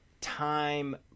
time